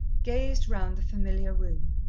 gazed round the familiar room.